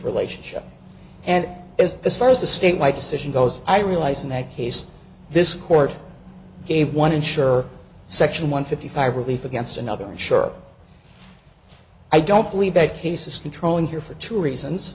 relationship and as as far as the state my decision goes i realize in that case this court gave one insurer section one fifty five relief against another insurer i don't believe that case is controlling here for two reasons